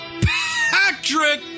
Patrick